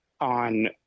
on